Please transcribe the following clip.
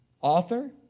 author